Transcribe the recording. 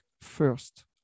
first